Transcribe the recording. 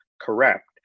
correct